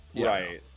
right